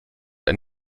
ein